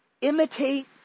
imitate